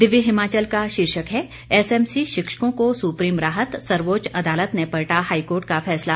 दिव्य हिमाचल का शीर्षक है एसएमसी शिक्षकों को सुप्रीम राहत सर्वोच्च अदालत ने पलटा हाईकोर्ट का फैसला